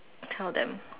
I'll tell them